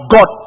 God